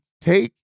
take